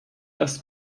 das